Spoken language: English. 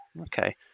okay